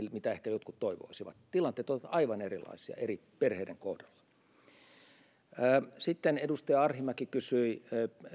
mitä ehkä jotkut toivoisivat tilanteet ovat ovat aivan erilaisia eri perheiden kohdalla edustaja arhinmäki kysyi